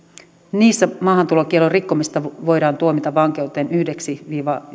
niissä maahantulokiellon rikkomisesta voidaan tuomita vankeuteen yhdeksi viiva